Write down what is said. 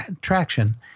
traction